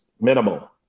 minimal